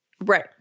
Right